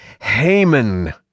Haman